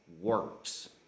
works